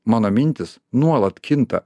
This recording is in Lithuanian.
mano mintys nuolat kinta